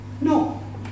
No